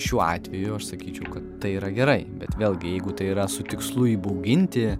šiuo atveju aš sakyčiau kad tai yra gerai bet vėlgi jeigu tai yra su tikslu įbauginti